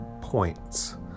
points